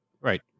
Right